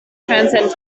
transcend